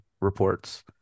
reports